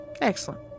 Excellent